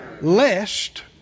lest